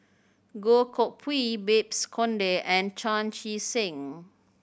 Goh Koh Pui Babes Conde and Chan Chee Seng